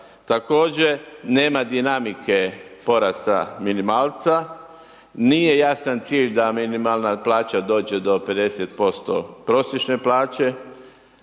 Također, nema dinamike porasta minimalca, nije jasan cilj da minimalna plaća dođe do 50% prosječne plaće